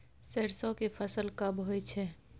सरसो के फसल कब होय छै?